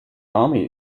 army